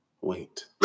Wait